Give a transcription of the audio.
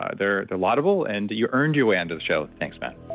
ah they're they're laudable and you earned your way unto the show. thanks, man